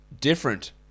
different